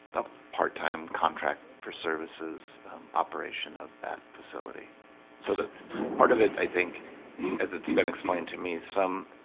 a part-time contract for services operation of that facility so that part of it i think as it's been explained to me some